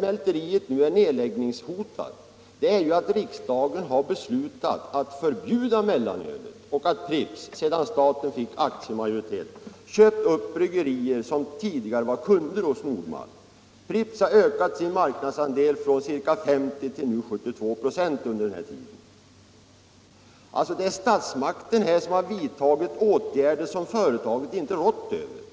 mälteriet nu är nedläggningshotat är att riksdagen beslutat att förbjuda mellanölet och att Pripps, sedan staten fick aktiemajoriteten, köpt upp bryggerier som tidigare var kunder hos Nord Malt. Pripps har under denna tid ökat sin marknadsandel från ca 50 till 1246. Statsmakterna har vidtagit åtgärder som företaget inte kunnat råda över.